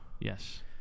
Yes